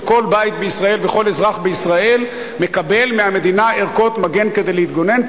שכל בית בישראל וכל אזרח בישראל מקבל מהמדינה ערכות מגן כדי להתגונן,